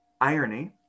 irony